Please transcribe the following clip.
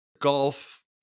golf